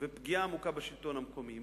ופגיעה עמוקה בשלטון המקומי.